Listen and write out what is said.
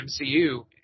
MCU